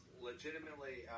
legitimately